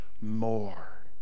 more